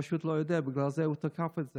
הוא פשוט לא יודע ובגלל זה הוא תקף את זה.